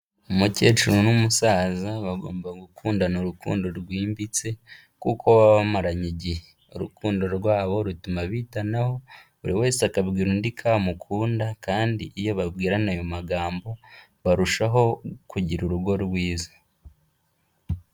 Umukecuru n'umusaza bagomba gukundana urukundo rwimbitse kuko baba bamaranye igihe, urukundo rwabo rutuma bitanaho buri wese akabwira undi ko amukunda kandi iyo babwirana ayo magambo barushaho kugira urugo rwiza.